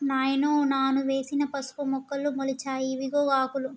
నాయనో నాను వేసిన పసుపు మొక్కలు మొలిచాయి ఇవిగో ఆకులు